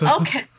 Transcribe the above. Okay